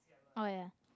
oh ya